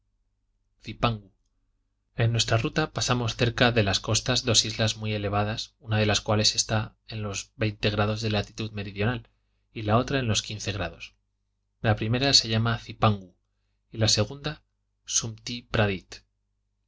en nuestra ruta pasamos cerca de las costas dos islas muy elevadas una de las cuales está en los grados de latitud meridional y la otra en los grados la primera se llama cipangu y la segunda